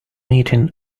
meeting